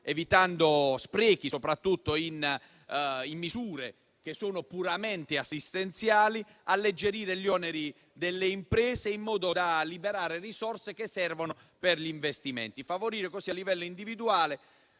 evitando sprechi, soprattutto in misure che sono puramente assistenziali; alleggerire gli oneri delle imprese, in modo da liberare risorse che servono per gli investimenti; favorire così a livello individuale